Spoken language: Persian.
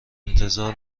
انتظار